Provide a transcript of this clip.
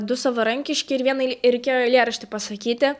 du savarankiški ir vieną reikėjo eilėraštį pasakyti